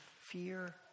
fear